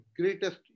greatest